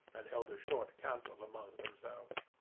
and held a short council among themselves.